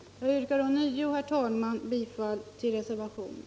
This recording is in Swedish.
Jag yrkar ånyo bifall till reservationen.